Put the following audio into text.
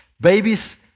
Babies